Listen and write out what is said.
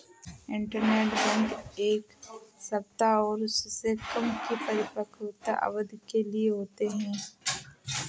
interbank ऋण एक सप्ताह या उससे कम की परिपक्वता अवधि के लिए होते हैं